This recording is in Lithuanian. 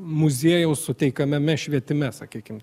muziejaus suteikiamame švietime sakykim